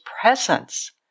presence